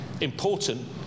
important